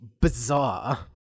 bizarre